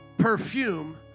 perfume